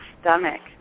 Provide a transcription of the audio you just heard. stomach